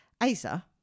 Asa